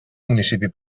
municipi